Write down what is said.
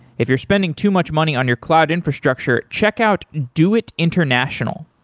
if you're spending too much money on your cloud infrastructure, check out doit international.